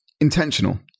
intentional